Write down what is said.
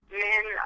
men